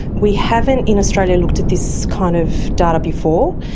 we haven't in australia looked at this kind of data before,